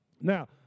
Now